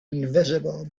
invisible